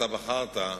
שאתה בחרת,